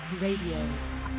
Radio